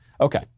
Okay